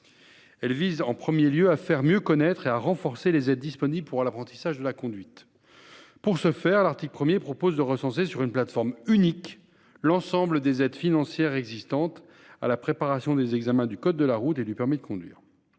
Il s'agit en premier lieu de faire mieux connaître et de renforcer les aides disponibles pour l'apprentissage de la conduite. En ce sens, l'article 1 vise à recenser sur une plateforme unique l'ensemble des aides financières existantes à la préparation des examens du code de la route et du permis de conduire.